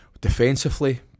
defensively